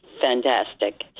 Fantastic